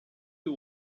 you